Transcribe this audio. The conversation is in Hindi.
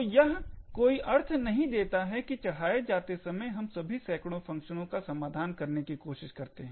तो यह कोई अर्थ नहीं देता है कि चढ़ाए जाते समय हम सभी सैकड़ों फंक्शनों का समाधान करने की कोशिश करते हैं